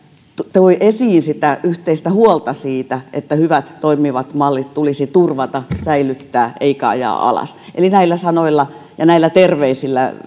toi esiin yhteistä huolta siitä että hyvät toimivat mallit tulisi turvata säilyttää eikä ajaa alas eli näillä sanoilla ja näillä terveisillä